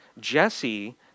Jesse